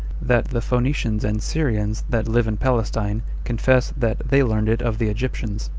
that the phoenicians and syrians that live in palestine confess that they learned it of the egyptians.